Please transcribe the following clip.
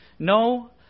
No